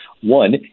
One